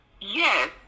Yes